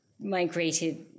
migrated